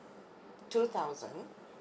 two thousand